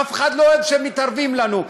אף אחד לא אוהב שמתערבים לו,